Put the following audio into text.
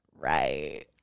Right